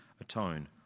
atone